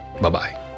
Bye-bye